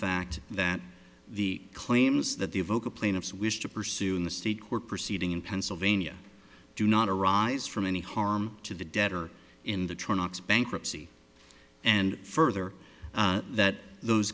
fact that the claims that the vocal plaintiffs wish to pursue in the state court proceeding in pennsylvania do not arise from any harm to the debtor in the train ox bankruptcy and further that those